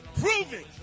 proving